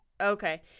Okay